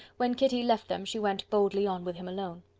when kitty left them she went boldly on with him alone.